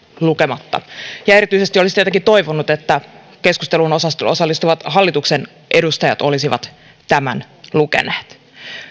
lukematta ja erityisesti olisi tietysti toivonut että keskusteluun osallistuvat hallituksen edustajat olisivat tämän lukeneet